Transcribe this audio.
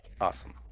Awesome